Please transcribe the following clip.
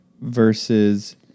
Versus